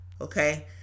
Okay